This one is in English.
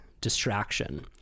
distraction